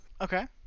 okay